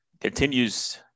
continues